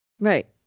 Right